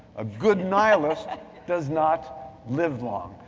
a good nihilist does not live long.